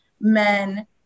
men